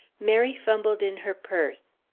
mary fumbled in her purse.